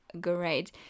great